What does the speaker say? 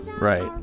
Right